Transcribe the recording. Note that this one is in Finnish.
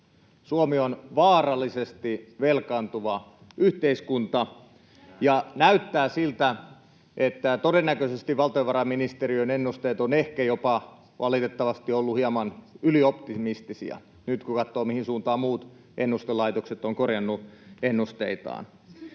Suomi on vaarallisesti velkaantuva yhteiskunta, ja näyttää siltä, että todennäköisesti valtiovarainministeriön ennusteet ovat, valitettavasti, olleet jopa hieman ylioptimistisia, nyt kun katsoo, mihin suuntaan muut ennustelaitokset ovat korjanneet ennusteitaan.